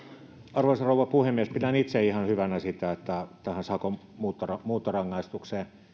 arvoisa rouva puhemies pidän itse ihan hyvänä sitä että tähän sakon muuntorangaistukseen